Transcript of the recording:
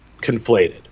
conflated